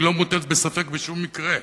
היא לא מוטלת בספק בשום מקרה.